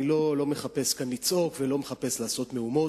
אני לא מחפש כאן לצעוק ולא מחפש לעשות מהומות.